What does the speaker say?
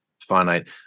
finite